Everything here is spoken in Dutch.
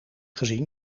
gezien